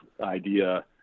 idea